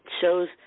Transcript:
shows